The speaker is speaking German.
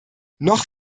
noch